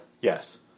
Yes